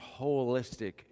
holistic